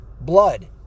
blood